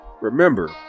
Remember